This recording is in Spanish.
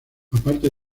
aparte